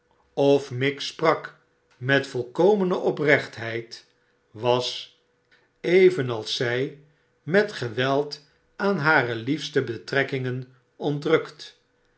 of miggs sprak met volkomene oprechtheid was evenals zij met geweld aan hare liefste betrekkmgen ontrukt